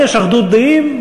אם יש אחדות דעים,